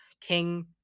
King